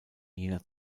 jener